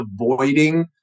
avoiding